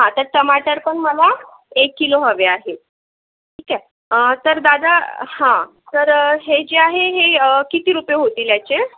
हा तर टमाटर पण मला एक किलो हवे आहे ठीक आहे तर दादा हं तर हे जे आहे हे किती रुपये होतील याचे